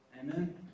Amen